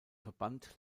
verband